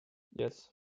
yes